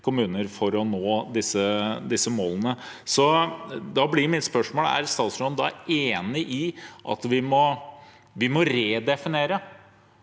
for å nå disse målene. Da blir mitt spørsmål: Er statsråden enig i at vi må redefinere